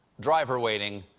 driver waiting.